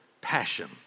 passion